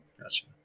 Gotcha